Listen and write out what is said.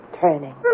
turning